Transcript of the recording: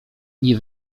nie